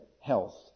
health